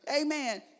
Amen